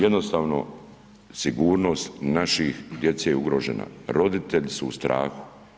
Jednostavno sigurnost naše djece je ugrožena, roditelji su u strahu.